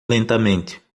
lentamente